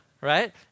Right